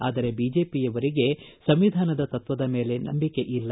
ಆದರೆ ಬಿಜೆಪಿಯವರಿಗೆ ಸಂವಿಧಾನದ ತತ್ವದ ಮೇಲೆ ನಂಬಿಕೆ ಇಲ್ಲ